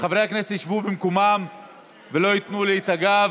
שחברי הכנסת ישבו במקומם ולא ייתנו לי את הגב.